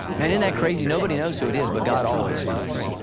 men in that crazy nobody knows who it is, but god always knows.